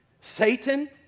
Satan